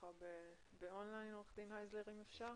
אם אפשר.